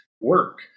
work